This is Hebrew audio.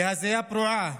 להזיה פרועה?